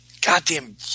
Goddamn